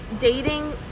dating